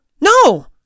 No